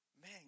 man